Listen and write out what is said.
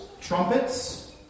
Trumpets